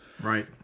Right